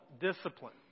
discipline